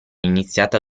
iniziata